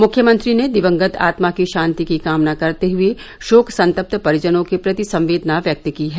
मुख्यमंत्री ने दिवंगत आत्मा की शान्ति की कामना करते हुए शोक संतप्त परिजनों के प्रति संवेदना व्यक्त की है